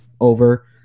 over